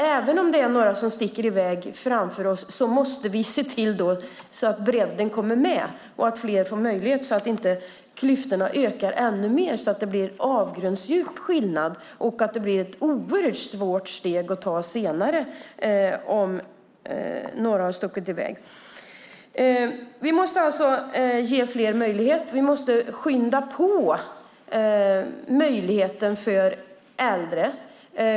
Även om det är några som sticker iväg framför oss måste vi se till att bredden kommer med och att fler får möjlighet så att inte klyftorna ökar ännu mer så att det blir en avgrundsdjup skillnad och att det blir ett oerhört svårt steg att ta senare om några har stuckit iväg. Vi måste alltså ge fler möjlighet. Vi måste skynda på möjligheten för äldre.